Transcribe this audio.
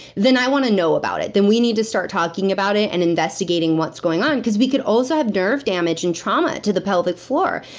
then i want to know about it. then we need to start talking about it, and investigating what's going on, because we can also have nerve damage and trauma to the pelvic floor.